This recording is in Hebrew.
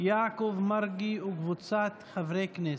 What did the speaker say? יעקב מרגי וקבוצת חברי הכנסת.